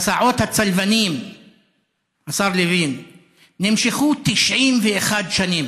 הייתה ערבית ותישאר ערבית לפני טרמפ